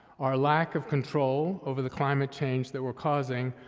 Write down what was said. our lack of control over the climate change that we're causing,